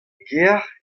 gêr